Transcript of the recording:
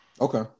Okay